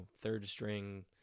third-string